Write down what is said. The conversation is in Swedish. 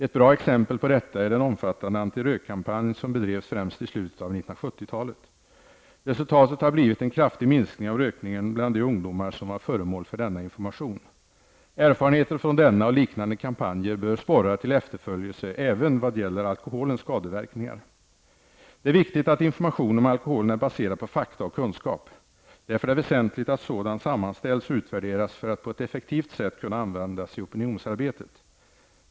Ett bra exempel på detta är den omfattande antirökkampanj som bedrevs främst i slutet av 1970-talet. Resultatet har blivit en kraftig minskning av rökningen bland de ungdomar som var föremål för denna information. Erfarenheter från denna och liknande kampanjer bör sporra till efterföljd även vad gäller alkoholens skadeverkningar. Det är viktigt att informationen om alkoholen är baserad på fakta och kunskap. Därför är det väsentligt att sådan sammanställs och utvärderas för att på ett effektivt sätt kunna användas i opinionsarbetet.